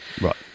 right